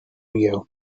you